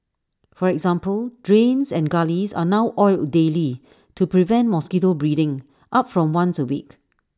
for example drains and gullies are now oiled daily to prevent mosquito breeding up from once A week